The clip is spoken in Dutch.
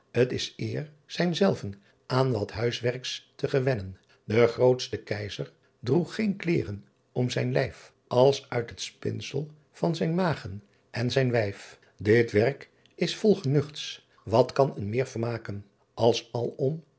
t s eer sijn selven aen wat huys wercks te gewennen e grootste eiser droegh geen kleeren om sijn lijf ls uyt het spinssel van sijn aegen en sijn ijf it werck is vol genuchts wat kan een meer vermaken ls